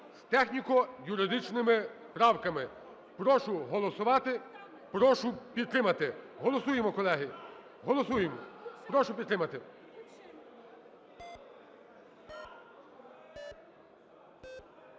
з техніко-юридичними правками. Прошу проголосувати. Прошу підтримати. Голосуємо, колеги. Голосуємо. Прошу підтримати.